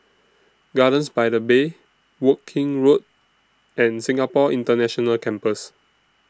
Gardens By The Bay Woking Road and Singapore International Campus